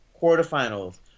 quarterfinals